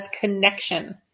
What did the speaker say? connection